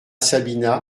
sabina